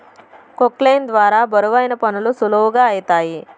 క్రొక్లేయిన్ ద్వారా బరువైన పనులు సులువుగా ఐతాయి